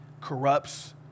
corrupts